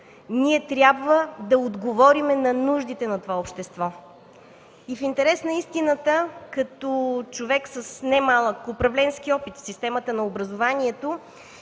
Ние трябва да отговорим на нуждите на това общество. В интерес на истината като човек с немалък управленски опит в системата на образованието